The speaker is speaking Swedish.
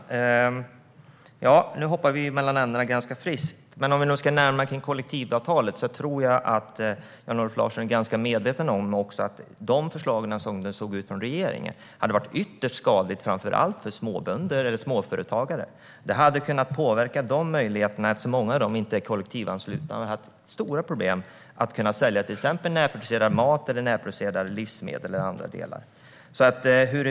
Herr talman! Nu hoppar vi ganska friskt mellan ämnena, men om vi ska närma oss kollektivavtalet tror jag att Jan-Olof Larsson är medveten om att förslagen från regeringen skulle ha varit ytterst skadliga, framför allt för småbönder och småföretagare. Deras möjligheter hade kunnat påverkas eftersom många av dem inte är kollektivanslutna. De skulle ha fått stora problem att kunna sälja till exempel närproducerad mat eller närproducerade livsmedel.